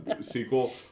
sequel